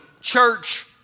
church